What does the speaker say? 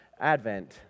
Advent